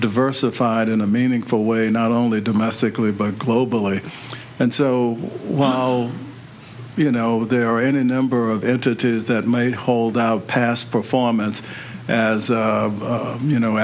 diversified in a meaningful way not only domestically but globally and so while you know there are any number of entities that may hold out past performance as you know